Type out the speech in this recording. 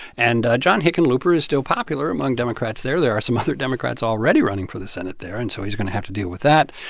and john hickenlooper is still popular among democrats there. there are some other democrats already running for the senate there, and so he's going to have to deal with that.